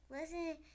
Listen